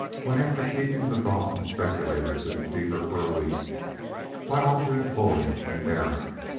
when, after keeping the dawson speculators in a fever for a week by alternate bulling and bearing,